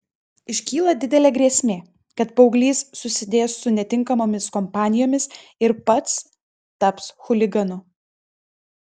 iškyla didelė grėsmė kad paauglys susidės su netinkamomis kompanijomis ir pats taps chuliganu